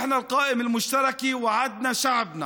(אומר דברים בשפה הערבית, להלן תרגומם: